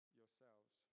yourselves